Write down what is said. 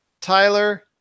Tyler